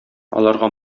аларга